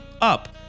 up